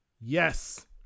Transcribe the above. Yes